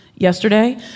yesterday